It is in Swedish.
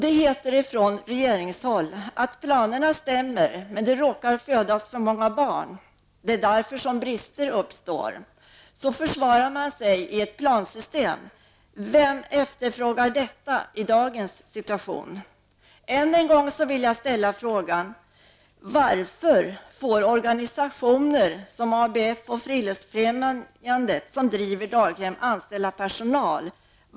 Det heter från regeringshåll att planerna är rätta, men det råkar födas för många barn. Det är därför som brister uppstår. Så försvarar man sig i ett plansystem. Vem efterfrågar detta i dagens situation? Jag vill än en gång ställa frågan: Varför får organisationer som ABF och Friluftsfrämjandet som driver daghem anställa personal?